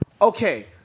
Okay